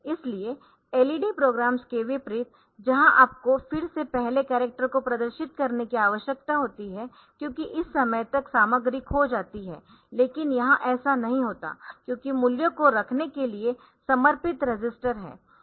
इसलिए LED programs के विपरीत जहां आपको फिर से पहले कॅरक्टर को प्रदर्शित करने की आवश्यकता होती है क्योंकि इस समय तक सामग्री खो जाती है लेकिन यहां ऐसा नहीं होता क्योंकि मूल्यों को रखने के लिए समर्पित रजिस्टर है